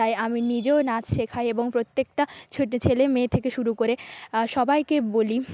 তাই আমি নিজেও নাচ শেখাই এবং প্রত্যেকটা ছোট ছেলেমেয়ে থেকে শুরু করে সবাইকে বলি